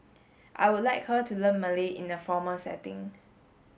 I would like her to learn Malay in a formal setting